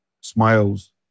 smiles